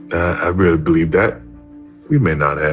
i really believe that we may not have,